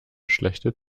schlechte